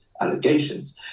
allegations